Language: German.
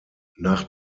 nach